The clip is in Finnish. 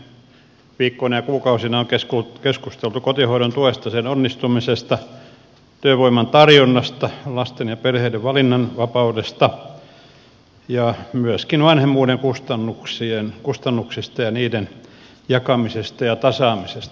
viime viikkoina ja kuukausina on keskusteltu kotihoidon tuesta sen onnistumisesta työvoiman tarjonnasta lasten ja perheiden valinnanvapaudesta ja myöskin vanhemmuuden kustannuksista ja niiden jakamisesta ja tasaamisesta